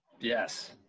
yes